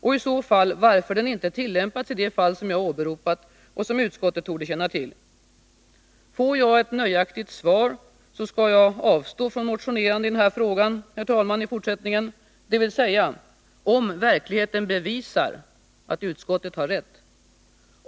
Och i så fall, varför den inte tillämpats i det fall som jag åberopat och som utskottet torde känna till. Får jag ett nöjaktigt svar skall jag avstå från motionerande i den här frågan i fortsättningen, dvs. om verkligheten bevisar att utskottet har rätt.